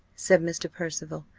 said mr. percival.